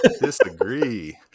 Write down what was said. disagree